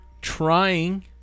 trying